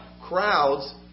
Crowds